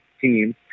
team